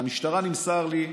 מהמשטרה נמסר לי,